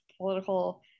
political